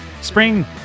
Spring